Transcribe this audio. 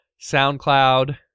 SoundCloud